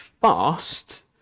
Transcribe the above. fast